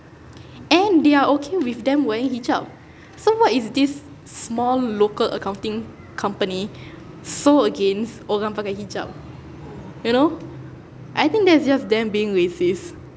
and they are okay with them wearing hijab so what is this small local accounting company so against orang pakai hijab you know I think that's just them being racist